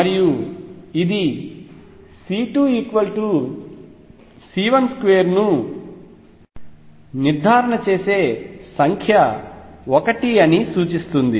మరియు ఇది C2C12 ను నిర్ధారణ చేసే సంఖ్య 1 అని సూచిస్తుంది